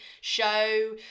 show